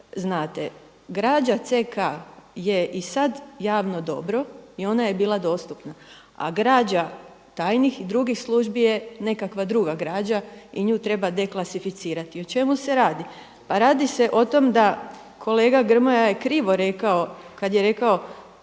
znate. Građa CK je i sad i javno dobro i ona je bila dostupna, a građa tajnih i drugih službi je nekakva druga građa i nju treba deklasificirati. O čemu se radi? Pa radi se o tom da kolega Grmoja je krivo rekao kad je rekao